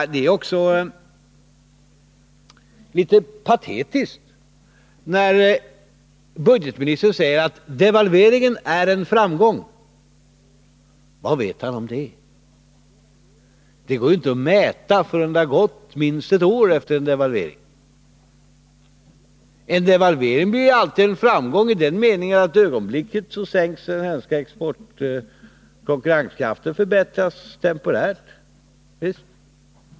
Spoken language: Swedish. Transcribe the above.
Nej, det är också litet patetiskt när budgetministern säger att devalveringen är en framgång. Vad vet han om det? Det går ju inte att mäta förrän det har gått minst ett år efter devalveringen. En devalvering blir alltid en framgång i den meningen att den svenska exportindustrins konkurrenskraft förbättras temporärt.